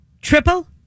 Triple